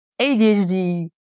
ADHD